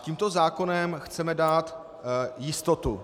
Tímto zákonem chceme dát jistotu.